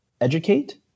educate